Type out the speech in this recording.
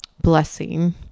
blessing